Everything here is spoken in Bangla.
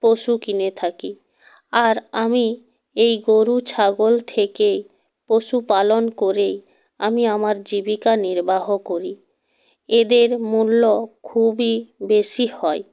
পশু কিনে থাকি আর আমি এই গরু ছাগল থেকে পশুপালন করেই আমি আমার জীবিকা নির্বাহ করি এদের মূল্য খুবই বেশি হয়